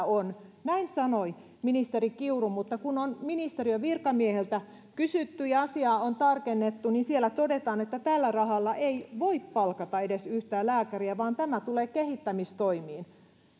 on näin sanoi ministeri kiuru mutta kun on ministeriön virkamieheltä kysytty ja asiaa on tarkennettu niin siellä todetaan että tällä rahalla ei voi palkata edes yhtään lääkäriä vaan tämä tulee kehittämistoimiin